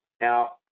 Now